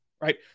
right